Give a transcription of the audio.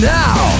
now